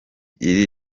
iri